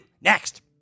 next